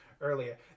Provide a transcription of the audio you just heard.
earlier